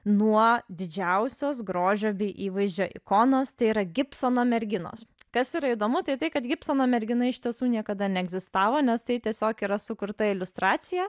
nuo didžiausios grožio bei įvaizdžio ikonos tai yra gibsono merginos kas yra įdomu tai tai kad gibsono mergina iš tiesų niekada neegzistavo nes tai tiesiog yra sukurta iliustracija